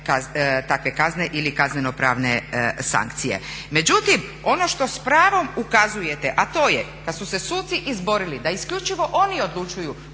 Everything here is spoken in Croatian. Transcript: takve kazne ili kazneno-pravne sankcije. Međutim, ono što s pravom ukazujete, a to je, kad su se suci izborili da isključivo oni odlučuju